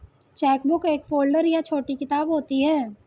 chequebook एक folder या छोटी किताब होती है